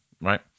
right